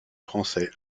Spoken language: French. français